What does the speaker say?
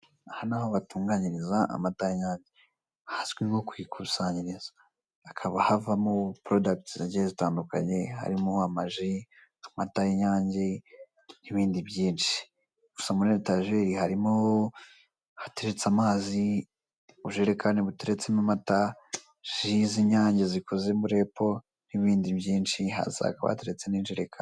Aha ni aho batunganyiriza amata y'inyange, ahazwi nko ku ikusanyirizo; hakaba havamo porodagiti zigiye zitandukanye harimo: amaji, amata y'inyange, n'bindi byinshi; gusa muri etajeri harimo: ahateretse amazi, ubujerekani buteretsemo amata, ji z'inyange zikoze muri epo, n'ibindi byinshi. Hasi hakaba hateretse n'ijerekani.